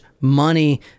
money